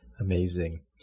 Amazing